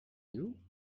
you